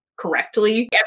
Correctly